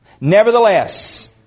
Nevertheless